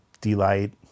D-Light